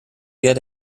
get